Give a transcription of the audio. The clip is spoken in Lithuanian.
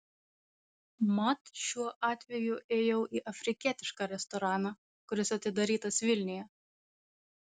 mat šiuo atveju ėjau į afrikietišką restoraną kuris atidarytas vilniuje